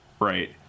right